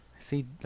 See